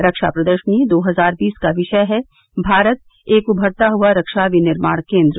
रक्षा प्रदर्शनी दो हजार बीस का विषय है भारत एक उमरता हुआ रक्षा विनिर्माण केन्द्र